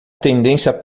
tendência